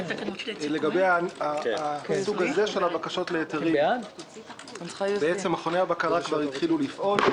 לגבי הסוג הזה של הבקשות להיתרים מכוני הבקרה כבר התחילו לפעול.